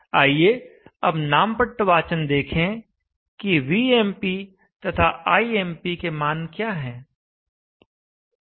आइए अब नामपट्ट वाचन देखें कि Vmp तथा Imp के मान क्या हैं